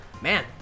man